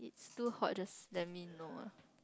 it's too hot just that mean no uh